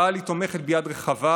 אבל היא תומכת ביד רחבה,